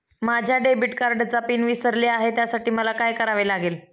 माझ्या डेबिट कार्डचा पिन विसरले आहे त्यासाठी मला काय करावे लागेल?